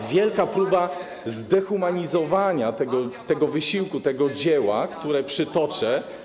Tak, wielka próba zdehumanizowania tego wysiłku, tego dzieła, które przytoczę.